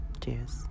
Cheers